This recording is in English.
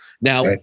Now